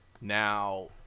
now